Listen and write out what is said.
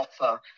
offer